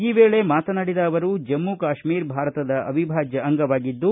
ಈ ವೇಳೆ ಮಾತನಾಡಿದ ಅವರು ಜಮ್ಮ ಕಾಶ್ಮೀರ ಭಾರತದ ಅವಿಭಾಜ್ಯ ಅಂಗವಾಗಿದ್ದು